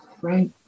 right